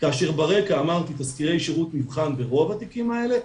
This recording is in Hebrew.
כאשר ברקע אמרתי תסקירי שירות מבחן ברוב התיקים האלה,